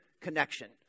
connection